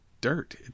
dirt